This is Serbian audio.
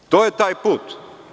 To je taj put.